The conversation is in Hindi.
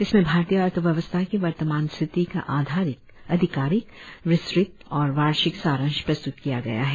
इसमें भारतीय अर्थव्यवस्था की वर्तमान स्थिति का अधिकारिक विस्तृत और वार्षिक सारांश प्रस्तृत किया गया है